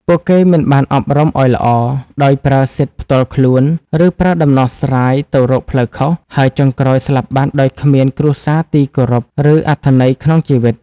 ពួកគេមិនបានអប់រំឲ្យល្អ ដោយប្រើសិទ្ធិផ្ទាល់ខ្លួន ឬប្រើដំណោះស្រាយទៅរកផ្លូវខុស ហើយចុងក្រោយស្លាប់បាត់ដោយគ្មានគ្រួសារទីគោរព ឬអត្ថន័យក្នុងជីវិត។